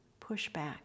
pushback